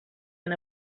han